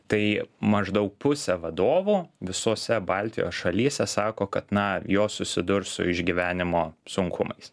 tai maždaug pusė vadovų visose baltijos šalyse sako kad na jos susidurs su išgyvenimo sunkumais